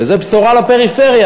וזו בשורה לפריפריה.